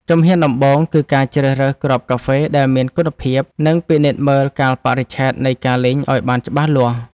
ជំហានដំបូង គឺការជ្រើសរើសគ្រាប់កាហ្វេដែលមានគុណភាព និងពិនិត្យមើលកាលបរិច្ឆេទនៃការលីងឱ្យបានច្បាស់លាស់។